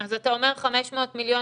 אז אתה אומר 500 מיליון.